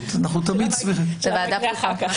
כן.